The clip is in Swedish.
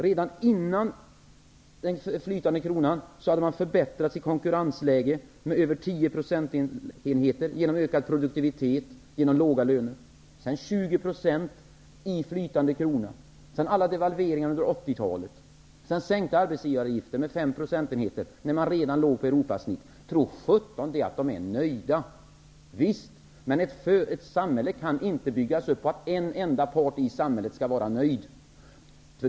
Redan innan vi hade flytande krona hade konkurrensläget förbättrats med över 10 procentenheter, genom ökad produktivitet och låga löner. Sedan blev det 20 procentenheter genom den flytande kronan. Det gjordes flera devalveringar under 80-talet. procentenheter, när de redan låg på Europasnittet. Tro sjutton att företagarna är nöjda! Men ett samhälle kan inte byggas upp på förutsättningen att en enda part i samhället skall vara nöjd.